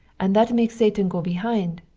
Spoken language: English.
and that make satan go behind.